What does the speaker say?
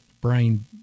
brain